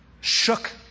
shook